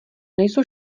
nejsou